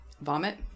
Vomit